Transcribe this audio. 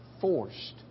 forced